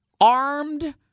Armed